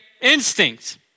instinct